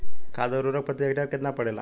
खाध व उर्वरक प्रति हेक्टेयर केतना पड़ेला?